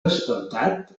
respectat